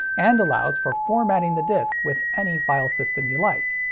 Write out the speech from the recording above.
and allows for formatting the disc with any file system you like.